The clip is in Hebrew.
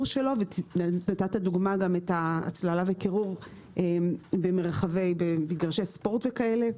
שלו נתת דוגמה גם את הצללה וקירור במרחבי מגרשי ספורט וכאלה.